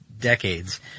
decades